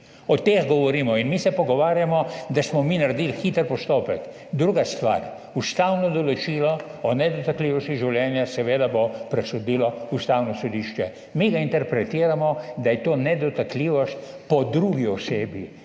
O teh govorimo. In mi se pogovarjamo, da smo mi naredili hiter postopek. Druga stvar, ustavno določilo o nedotakljivosti življenja, seveda bo o tem presodilo Ustavno sodišče. Mi ga interpretiramo, da je to nedotakljivost po drugi osebi,